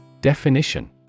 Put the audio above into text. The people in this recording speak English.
Definition